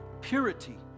purity